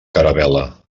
caravel·la